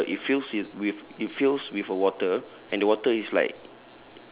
and the it fills with with it fills with a water and the water is like